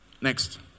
Next